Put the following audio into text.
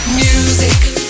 music